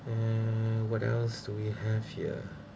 um what else do we have here